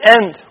end